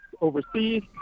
overseas